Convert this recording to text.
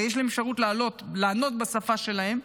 הרי יש להם אפשרות לענות בשפה שלהם.